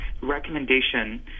recommendation